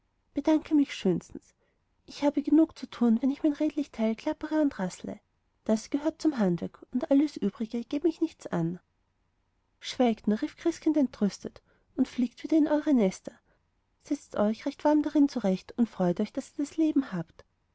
bedanke mich schönstens ich habe genug zu tun wenn ich mein redlich teil klappere und rassele das gehört zum handwerk und alles übrige geht mich nichts an schweigt nur rief christkind entrüstet und fliegt wieder in eure nester setzt euch recht warm darin zu recht und freut euch daß ihr das leben habt